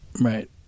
right